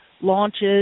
launches